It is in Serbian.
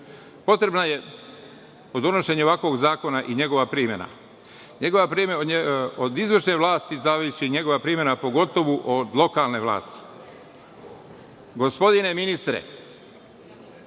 Potrebna je kod donošenja ovakvog zakona i njegova primena. Od izvršne vlasti zavisi njegova primena, pogotovu od lokalne vlasti. Gospodine ministre,